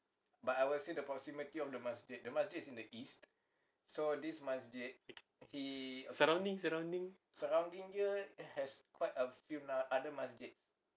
surrounding surrounding